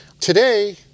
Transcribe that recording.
Today